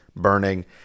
Burning